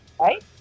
Right